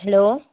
hello